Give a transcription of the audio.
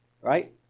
Right